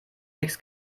nichts